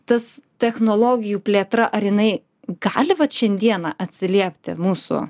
tas technologijų plėtra ar jinai gali vat šiandieną atsiliepti mūsų